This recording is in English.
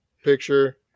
picture